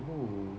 !woo!